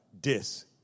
Dis